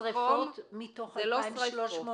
זה שריפות מתוך 2,364